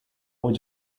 would